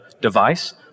device